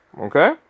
Okay